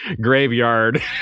graveyard